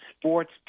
Sports